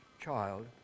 child